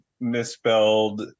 misspelled